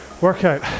workout